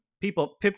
people